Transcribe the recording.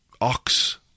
Ox